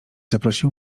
zaprosił